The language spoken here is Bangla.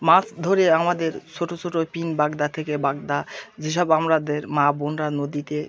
মাছ ধরে আমাদের ছোটো ছোটো ওই পিন বাগদা থেকে বাগদা যেসব আমরাদের মা বোনরা নদীতে